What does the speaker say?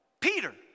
Peter